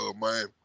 Miami